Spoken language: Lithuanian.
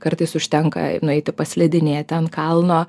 kartais užtenka nueiti paslidinėti ant kalno